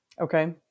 Okay